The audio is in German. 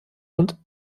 und